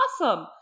awesome